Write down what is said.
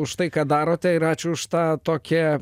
už tai ką darote ir ačiū už tą tokią